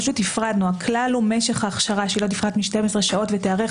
הפרדנו הכלל הוא משך ההכשרה שלא תפחת מ-12 שעות ותיערך